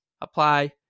apply